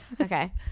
okay